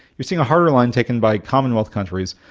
we've seen a harder line taken by commonwealth countries.